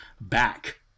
back